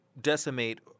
decimate